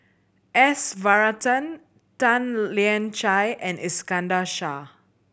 S Varathan Tan Lian Chye and Iskandar Shah